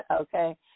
okay